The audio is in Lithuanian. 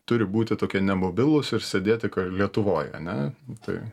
turi būti tokie nemobilūs ir sėdėti ka lietuvoj ane tai